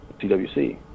TWC